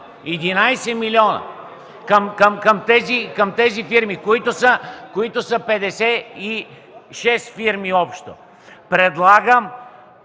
милиона към тези фирми, които са 56 общо. Предлагам